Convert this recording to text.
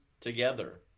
together